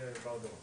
החשוב הזה.